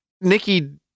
Nikki